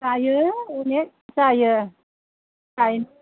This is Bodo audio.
जायो अनेक जायो गाइ